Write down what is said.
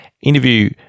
interview